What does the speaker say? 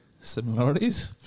similarities